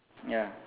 ya